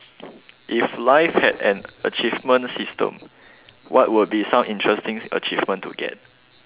if life had an achievement system what would be some interesting achievement to get